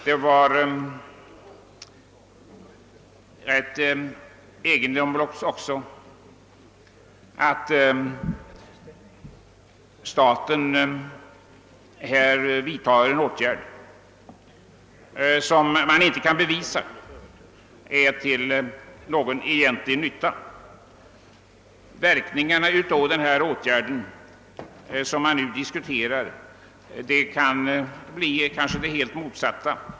Det är också rätt egendomligt att staten här vidtar en åtgärd som man inte kan bevisa är till någon egentlig nytta. Verkningarna av denna åtgärd som man nu diskuterar kanske kan bli de motsatta.